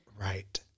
right